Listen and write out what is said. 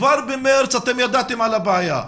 כבר במארס אתם ידעתם על הבעיה.